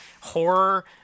horror